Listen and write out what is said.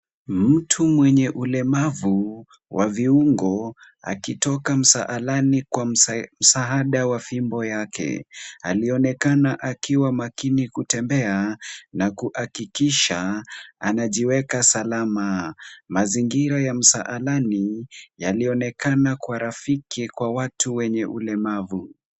Mtu mwenye ulemavu wa viungo akitoka msalani kwa msaada wa fimbo yake. Alionekana akiwa makini kutembea na kuhakikisha anajiweka salama. Mazingira ya msalani yalionekana kwa rafiki kwa watu wenye ulemavu.